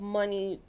money